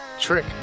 trick